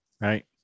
Right